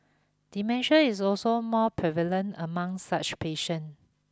dementia is also more prevalent among such patient